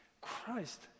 Christ